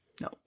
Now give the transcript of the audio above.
no